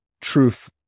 truth